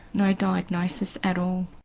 no diagnosis at all.